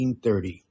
1930